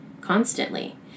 constantly